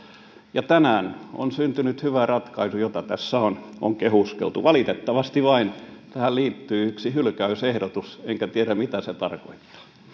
ja tänään on syntynyt hyvä ratkaisu jota tässä on on kehuskeltu valitettavasti vain tähän liittyy yksi hylkäysehdotus enkä tiedä mitä se tarkoittaa